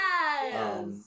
Yes